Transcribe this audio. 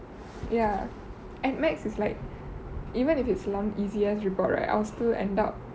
ya at max it's like even if it's one easiest report right I'll still end up